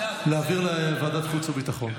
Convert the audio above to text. להעביר לוועדת חוץ וביטחון?